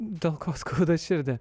dėl ko skauda širdį